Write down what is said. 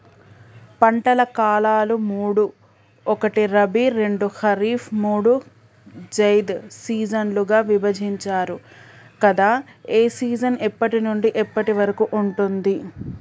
పంటల కాలాలు మూడు ఒకటి రబీ రెండు ఖరీఫ్ మూడు జైద్ సీజన్లుగా విభజించారు కదా ఏ సీజన్ ఎప్పటి నుండి ఎప్పటి వరకు ఉంటుంది?